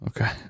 Okay